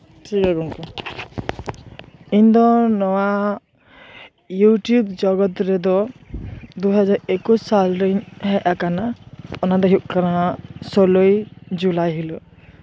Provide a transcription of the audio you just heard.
ᱴᱷᱤᱠ ᱜᱮᱭᱟ ᱜᱚᱢᱠᱮ ᱤᱧ ᱫᱚ ᱱᱚᱶᱟ ᱤᱭᱩᱴᱩᱵᱽ ᱡᱚᱜᱚᱛ ᱨᱮᱫᱚ ᱫᱩ ᱦᱟᱡᱟᱨ ᱮᱠᱩᱥ ᱥᱟᱞᱨᱤᱧ ᱦᱮᱡ ᱟᱠᱟᱱᱟ ᱚᱱᱟ ᱫᱚ ᱦᱩᱭᱩᱜ ᱠᱟᱱᱟ ᱥᱳᱞᱞᱳᱭ ᱡᱩᱞᱟᱭ ᱦᱤᱞᱳᱜ